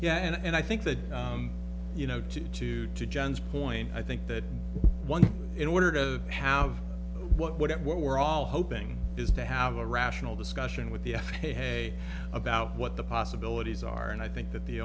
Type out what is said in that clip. yeah and i think that you know to to to john's point i think that one in order to have what it what we're all hoping is the have a rational discussion with the f a a about what the possibilities are and i think that the